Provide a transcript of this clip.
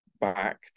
back